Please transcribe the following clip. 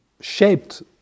shaped